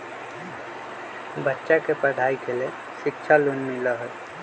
बच्चा के पढ़ाई के लेर शिक्षा लोन मिलहई?